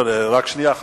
רק שנייה,